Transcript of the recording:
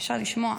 אי-אפשר לשמוע.